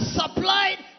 supplied